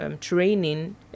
training